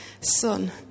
Son